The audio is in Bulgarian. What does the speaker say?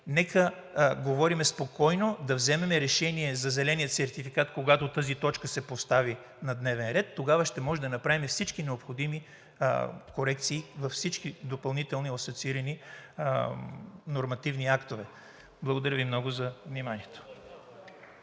нека говорим спокойно, да вземем решение за зеления сертификат. Когато тази точка се постави на дневен ред, тогава ще можем да направим всички необходими корекции във всички допълнителни, асоциирани нормативни актове. Благодаря Ви много за вниманието.